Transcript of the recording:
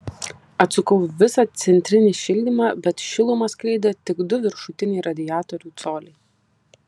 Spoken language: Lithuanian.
atsukau visą centrinį šildymą bet šilumą skleidė tik du viršutiniai radiatorių coliai